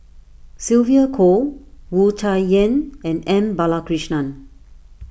Sylvia Kho Wu Tsai Yen and M Balakrishnan